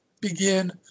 begin